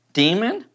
demon